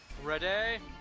Ready